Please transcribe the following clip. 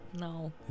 No